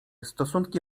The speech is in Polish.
stosunki